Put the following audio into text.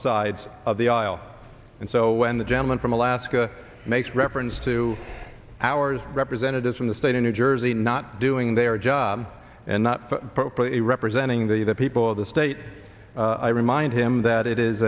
sides of the aisle and so when the gentleman from alaska makes reference to hours representatives from the state of new jersey not doing their job and not representing the the people of the state i remind him that it is